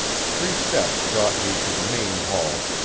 three steps brought me to the main hall,